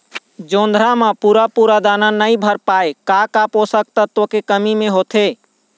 जोंधरा म पूरा पूरा दाना नई भर पाए का का पोषक तत्व के कमी मे होथे?